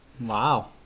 Wow